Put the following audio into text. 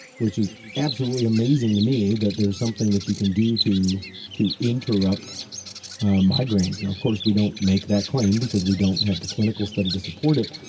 which is absolutely amazing to me that there's something that you can do to to interrupt migraines. now of course we don't make that claim because we don't have the clinical study to support it,